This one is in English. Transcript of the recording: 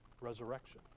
Resurrection